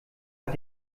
hat